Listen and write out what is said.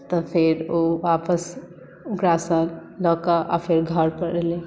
तऽ फेर ओ वापस ओकरासँ लऽ कऽ आ फेर घरपर एलै